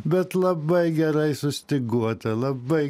bet labai gerai sustyguotą labai